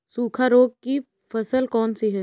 सूखा रोग की फसल कौन सी है?